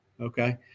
Okay